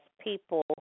people